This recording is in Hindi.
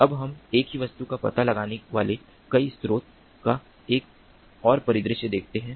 अब हम एक ही वस्तु का पता लगाने वाले कई स्रोत का एक और परिदृश्य देखते हैं